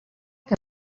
que